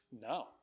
No